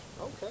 Okay